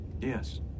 Yes